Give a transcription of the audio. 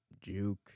juke